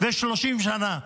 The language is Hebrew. ו-30 שנה.